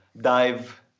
Dive